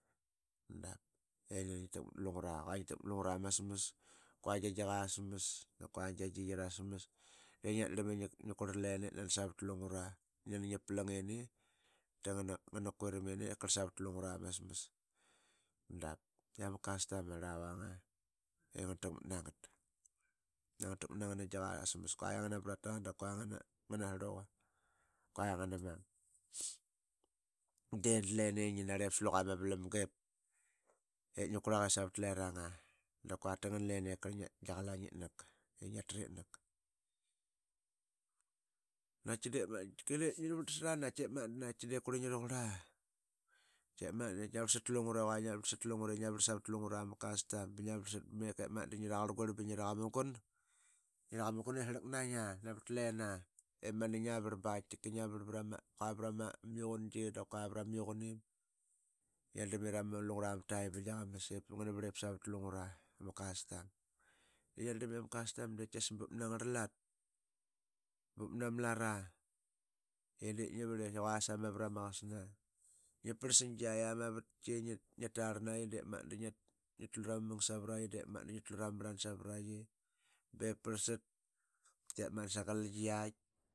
Nani ngi plang ini da ngana kuiram im ip karl savat lungura ma smas dap i ama custom aa ngarla vang aa i ngana takmat, na ngana takmat na ngana gi qa smas kua ngana brataqa. kua ngana. ngana srluqa. kua ngana marn. De da lene ngi narlip sa luqa ma valmaga ip ngi. ngi kurlaqa savat lerana aa da quata ngana lene gia qalaing itnak i ngia tritnak. Naqaki diip ma tika lue de ngia varlsara da ma. naqaitki dep magat da naqaitki de kurli ngi raqur laa. Tke ma qua ngia varlsat lungure. qua ngia varlsat lungure. qua ngia varl savat lungura ma custom ba ngia varlsart ba mekip ma ngi raqaril guirl ba ngia raqamugun i srlak na ngia navat lena i mani ngia vrl ba qaitika vrl vra ma kua ama yuqungi dap kua ma yuqunim. Ngia drlam i ramu lungura ma taim b agia qamas ip ngana vrl ip savat lungura ama custom i ngia drlam i ama custom dec qaitkias bup nanga rala. bup nama lara i dengi vrl i qua sama vara maqasna. Ngi parl sa giaya ma vatki i ngi. ngia tarl naqi diip magat da ngi tlu rama mang savaranqi diip mangat da ngi tlu rama mrlan savaraqi bep parlsat da sagel giyak.